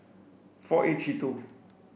four eight three two